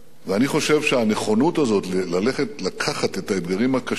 ואני חושב שהנכונות הזאת לקחת את האתגרים הקשים,